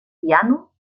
piano